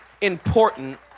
important